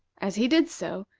as he did so,